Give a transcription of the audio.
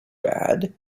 bad